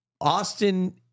austin